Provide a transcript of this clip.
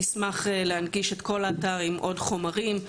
נשמח להנגיש את כל האתר עם עוד חומרים,